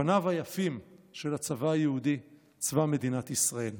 פניו היפים של הצבא היהודי, צבא מדינת ישראל.